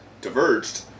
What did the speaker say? Diverged